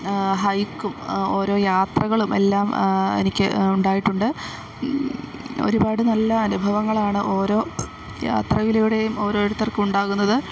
ഹൈക്കും ഓരോ യാത്രകളും എല്ലാം എനിക്ക് ഉണ്ടായിട്ടുണ്ട് ഒരുപാട് നല്ല അനുഭവങ്ങളാണ് ഓരോ യാത്രയിലൂടെയും ഓരോരുത്തർക്കും ഉണ്ടാകുന്നത്